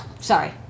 Sorry